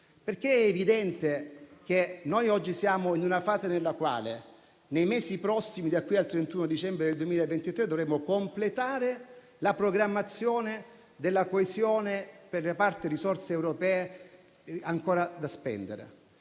perché è evidente che oggi siamo in una fase nella quale, nei mesi prossimi, da qui al 31 dicembre 2023, dovremo completare la programmazione della coesione, per la parte delle risorse europee ancora da spendere,